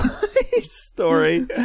story